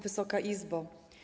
Wysoka Izbo!